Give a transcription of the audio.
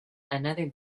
another